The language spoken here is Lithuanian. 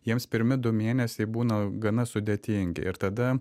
jiems pirmi du mėnesiai būna gana sudėtingi ir tada